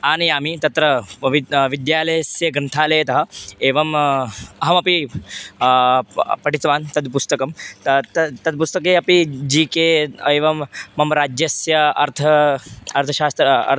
आनयामि तत्र व विद् विद्यालयस्य ग्रन्थालयतः एवम् अहमपि प पठितवान् तद् पुस्तकं त त तद् पुस्तके अपि जि के एवं मम राज्यस्य अर्थः अर्थशास्त्रं अर्